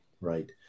right